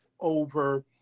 over